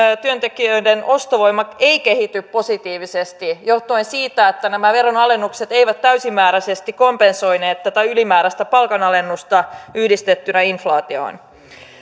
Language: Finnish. työntekijöiden ostovoima ei kehity positiivisesti johtuen siitä että nämä veronalennukset eivät täysimääräisesti kompensoineet tätä ylimääräistä palkanalennusta yhdistettynä inflaatioon